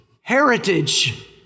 heritage